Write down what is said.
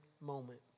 moment